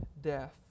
death